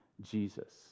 Jesus